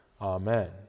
amen